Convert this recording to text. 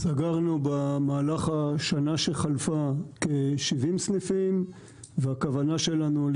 במהלך השנה שחלפה סגרנו כ-70 סניפים והכוונה שלנו היא